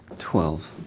twelve.